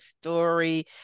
story